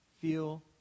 feel